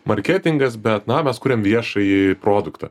marketingas bet namas kuriam viešąjį produktą